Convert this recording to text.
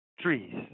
Trees